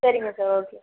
சரிங்க sir okay